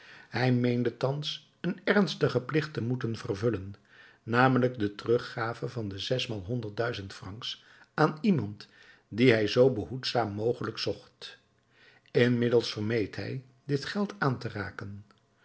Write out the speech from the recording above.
hij meende thans een ernstigen plicht te moeten vervullen namelijk de teruggave van de zesmaal honderdduizend francs aan iemand dien hij zoo behoedzaam mogelijk zocht inmiddels vermeed hij dit geld aan te raken